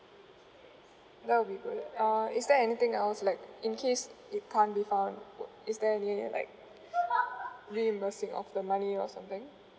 that will be great uh is there anything else like in case it can't be found is there any like reimbursing of the money or something